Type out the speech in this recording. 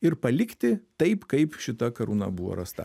ir palikti taip kaip šita karūna buvo rasta